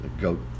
goat